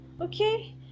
okay